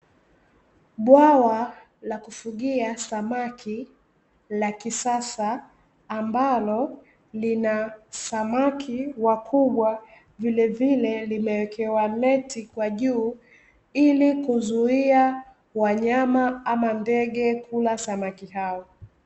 Bwawa la kufugia samaki la kisasa ambalo lina samaki wakubwa, vilevile limewekewa neti kwa juu ili kuzuia wanyama ama ndege kula samaki hao.